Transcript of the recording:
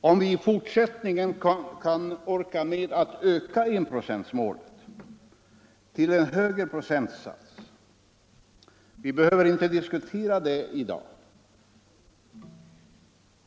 Om vi i fortsättningen kan orka med att flytta fram enprocentsmålet till en högre procentsats behöver vi inte diskutera i dag.